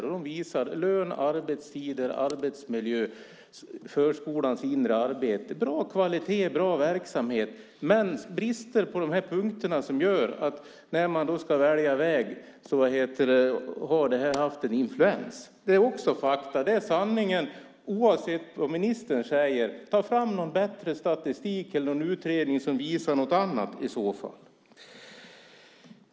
De visar att det är brister vad gäller lön, arbetstider, arbetsmiljö, förskolans inre arbete, men bra kvalitet och bra verksamhet. Det är bristerna på de här punkterna som haft en influens när man ska välja väg. Det är också fakta, och det är sanningen oavsett vad ministern säger. Ta fram någon bättre statistik eller utredning som visar något annat i så fall.